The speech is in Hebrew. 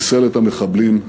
חיסל את המחבלים,